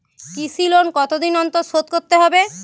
কৃষি লোন কতদিন অন্তর শোধ করতে হবে?